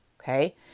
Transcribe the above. okay